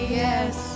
yes